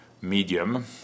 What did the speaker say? medium